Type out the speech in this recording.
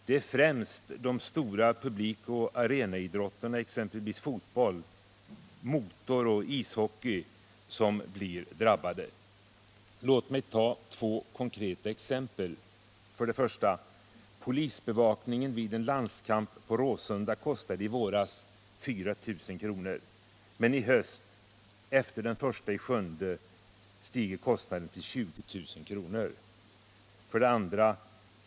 Det är främst de stora publikoch arenaidrotterna, exempelvis fotboll, motor och ishockey, som blir drabbade. Låt mig ta två konkreta exempel: 1. Polisbevakningen vid en landskamp på Råsunda kostade i våras 4000 kr. Men i höst, efter den 1 juli, har kostnaden stigit till 20 000 kr. 2.